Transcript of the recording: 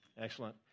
Excellent